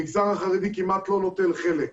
המגזר החרדי כמעט לא נוטל חלק.